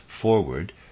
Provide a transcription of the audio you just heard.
forward